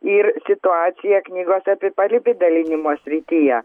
ir situaciją knygos apiparidalinimo srityje